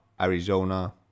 Arizona